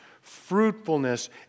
fruitfulness